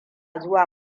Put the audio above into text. zuwa